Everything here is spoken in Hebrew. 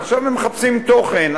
ועכשיו מחפשים תוכן,